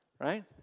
Right